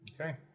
Okay